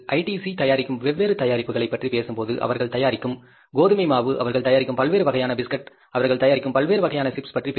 C தயாரிக்கும் வெவ்வேறு தயாரிப்புகளை பற்றி பேசும்போது அவர்கள் தயாரிக்கும் கோதுமை மாவு அவர்கள் தயாரிக்கும் பல்வேறு வகையான பிஸ்கட் அவர்கள் தயாரிக்கும் பல்வேறு வகையான சிப்ஸ் பற்றி பேசுவீர்கள்